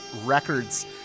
Records